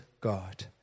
God